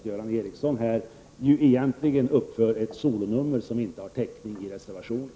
Göran Ericsson gör här ett solonummer som inte har täckning i reservationen.